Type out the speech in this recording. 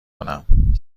کنم